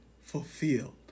fulfilled